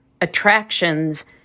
attractions